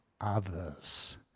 others